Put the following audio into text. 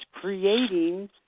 creating